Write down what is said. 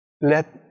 Let